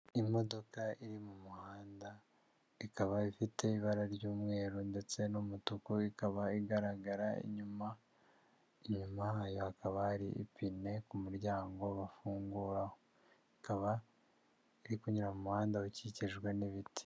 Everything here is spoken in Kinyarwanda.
Imodoka iri mu muhanda ikaba ifite ibara ry'umweru ndetse n'umutuku ikaba igaragara inyuma, inyumayo hakaba hari ipine ku muryango bafungura, ikaba iri kunyura mu muhanda ukikijwe n'ibiti.